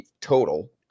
total